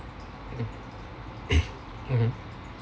mm mmhmm